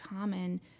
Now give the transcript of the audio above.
common